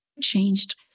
changed